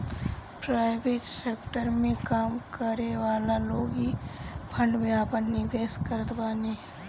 private sector में काम करेवाला लोग इ फंड में आपन निवेश करत बाने